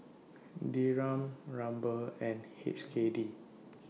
Dirham Ruble and H K D